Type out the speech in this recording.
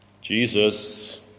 Jesus